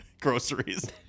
groceries